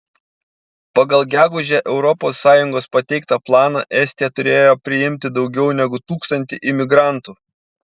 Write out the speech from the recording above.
pagal gegužę europos sąjungos pateiktą planą estija turėjo priimti daugiau negu tūkstantį imigrantų